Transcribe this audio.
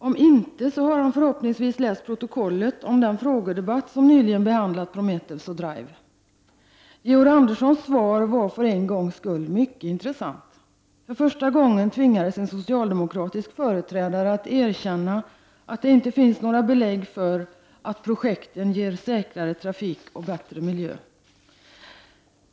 Om inte, har han förhoppningsvis läst protokollet från den frågedebatt som nyligen behandlade Prometheus och Drive. Georg Anderssons svar var för en gångs skull mycket intressant. För första gången tvingades en socialdemokratisk företrädare att erkänna att det inte finns några belägg för att projekten ger säkrare trafik och bättre miljö.